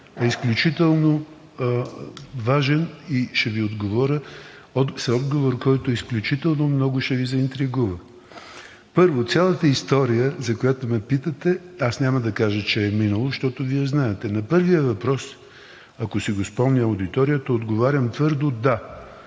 е изключително важен и ще Ви отговоря с отговор, който изключително много ще Ви заинтригува. Първо, цялата история, за която ме питате, аз няма да кажа, че е минало, защото Вие знаете. На първия въпрос, ако си го спомня аудиторията, отговарям твърдо да